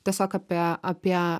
tiesiog apie apie